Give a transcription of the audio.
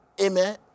Amen